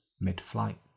mid-flight